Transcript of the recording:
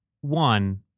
one